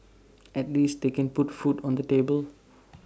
at least they can put food on the table